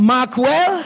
Markwell